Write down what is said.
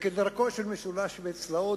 וכדרכו של משולש שווה צלעות,